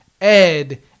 Ed